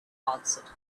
answered